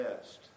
best